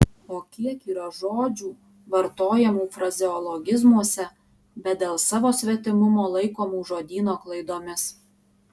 o kiek yra žodžių vartojamų frazeologizmuose bet dėl savo svetimumo laikomų žodyno klaidomis